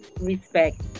respect